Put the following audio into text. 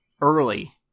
early